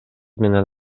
менен